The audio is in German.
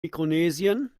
mikronesien